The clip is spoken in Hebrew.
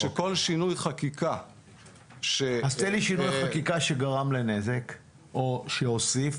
שכל שינוי חקיקה --- אז תן לי שינוי חקיקה שגרם לנזק או שהוסיף,